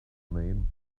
name